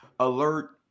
Alert